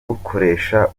ukoresha